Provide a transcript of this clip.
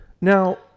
Now